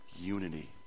unity